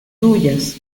tuyas